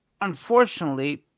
unfortunately